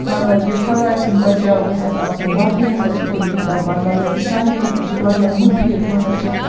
مطلب یہِ خۄداے سُند بچاو گَژھِ اَسہِ آسُن باقٕے ہَسا چھِ تِم یی دَپان مطلب کہِ سانہِ خٲطرٕ چھُ واریاہ مُفیٖد ہَسا چھِ